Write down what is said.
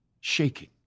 shaking